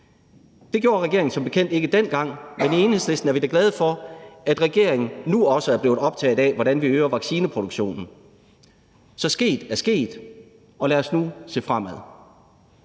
Det gjorde regeringen som bekendt ikke dengang, men i Enhedslisten er vi da glade for, at regeringen nu også er blevet optaget af, hvordan vi øger vaccineproduktionen. Så sket er sket, og lad os nu se fremad.